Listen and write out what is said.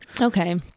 Okay